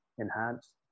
enhance